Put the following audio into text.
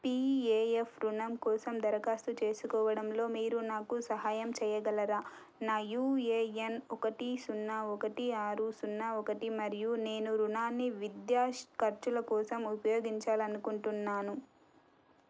PAF రుణం కోసం దరఖాస్తు చేసుకోవడంలో మీరు నాకు సహాయం చేయగలరా నా యూఏఎన్ ఒకటి సున్నా ఒకటి ఆరు సున్నా ఒకటి మరియు నేను రుణాన్ని విద్యా ఖర్చుల కోసం ఉపయోగించాలనుకుంటున్నాను